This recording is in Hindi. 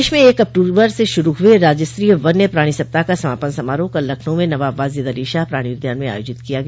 प्रदेश में एक अक्टूबर से शुरू हुए राज्य स्तरीय वन्य प्राणी सप्ताह का समापन समारोह कल लखनऊ में नवाब वाजिद अली शाह प्राणि उद्यान में आयोजित किया गया